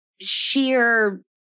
sheer